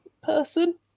person